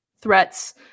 threats